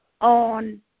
on